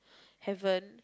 heaven